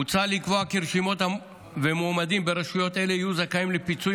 מוצע לקבוע כי רשימות ומועמדים ברשויות אלו יהיו זכאים לפיצוי